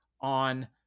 on